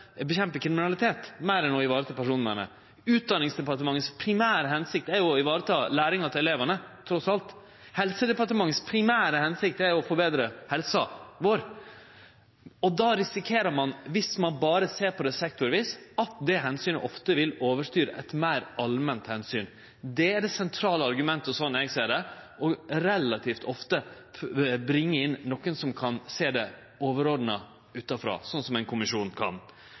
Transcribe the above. læringa til elevane, trass alt. Helsedepartementets primære hensikt er å forbetre helsa vår. Då risikerer ein, viss ein berre ser på det sektorvis, at det omsynet ofte vil overstyre eit meir allment omsyn. Det er det sentrale argumentet, slik eg ser det, relativt ofte å bringe inn nokon som kan sjå det overordna utanfrå, sånn som ein kommisjon kan.